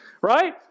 Right